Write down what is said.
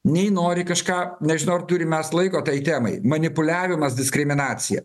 nei nori kažką nežinau ar turim mes laiko tai temai manipuliavimas diskriminacija